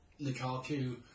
Lukaku